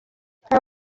nta